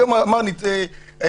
היום אמר לי חן